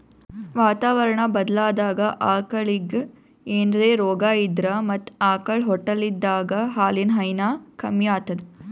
ವಾತಾವರಣಾ ಬದ್ಲಾದಾಗ್ ಆಕಳಿಗ್ ಏನ್ರೆ ರೋಗಾ ಇದ್ರ ಮತ್ತ್ ಆಕಳ್ ಹೊಟ್ಟಲಿದ್ದಾಗ ಹಾಲಿನ್ ಹೈನಾ ಕಮ್ಮಿ ಆತದ್